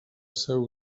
seu